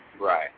Right